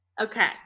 okay